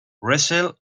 wrestle